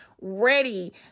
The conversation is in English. ready